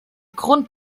grund